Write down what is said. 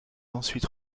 ensuite